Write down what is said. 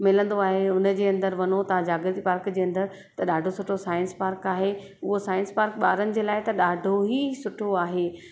मिलंदो आहे उन जे अंदरि वञो तव्हां जागृती पार्क जे अंदरि त ॾाढो सुठो साइंस पार्क आहे उहो साइंस पार्क ॿारनि जे लाए त ॾाढो ई सुठो आहे